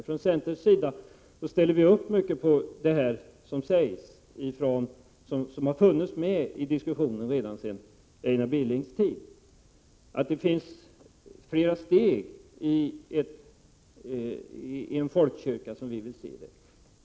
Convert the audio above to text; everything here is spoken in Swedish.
Från centerns sida ställer vi oss bakom mycket av det som har funnits med i diskussionen sedan Einar Billings tid. Som vi vill se det finns det flera steg i en folkkyrka.